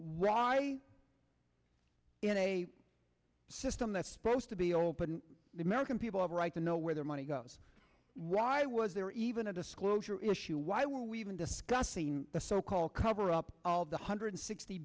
why in a system that's s'posed to be open the american people have a right to know where their money goes why was there even a disclosure issue why were we even discussing the so called cover up all the hundred sixty